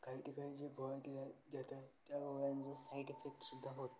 काही ठिकाणी जे गोळ्या दिल्या जातात त्या गोळ्यांचा साईड इफेक्ट सुद्धा होतो